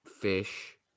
Fish